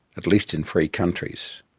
at least in free countries.